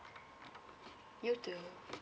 you too